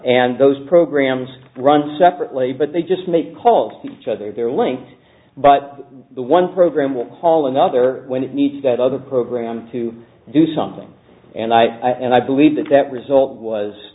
and those programs run separately but they just make calls to each other their lengths but the one program will call another when it needs that other program to do something and i and i believe that that result was